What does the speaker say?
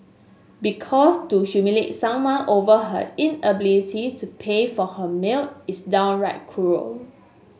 because to humiliate someone over her inability to pay for her meal is downright cruel